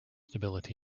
stability